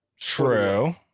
True